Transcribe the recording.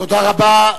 תודה רבה.